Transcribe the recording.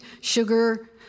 sugar